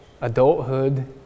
adulthood